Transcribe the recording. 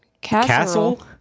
Castle